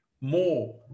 more